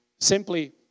Simply